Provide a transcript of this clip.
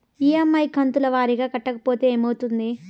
EMI కంతుల వారీగా కట్టకపోతే ఏమవుతుంది?